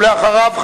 ואחריו,